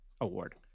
award